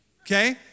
okay